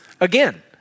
again